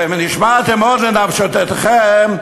ונשמרתם מאוד לנפשותיכם,